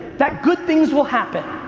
that good things will happen.